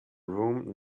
room